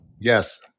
Yes